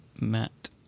Matt